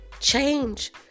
Change